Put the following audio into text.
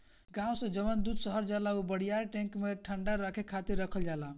गाँव से जवन दूध शहर जाला उ बड़ियार टैंक में ठंडा रखे खातिर रखल जाला